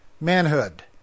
manhood